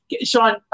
Sean